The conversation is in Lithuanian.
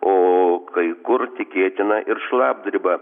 o kai kur tikėtina ir šlapdriba